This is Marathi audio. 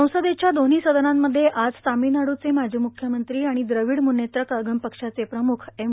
संसदेच्या दोन्ही सदनांमध्ये आज तामिळनाडूचे माजी मुख्यमंत्री आणि द्रविड मुनेत्र कळघम पक्षाचे प्रमुख एम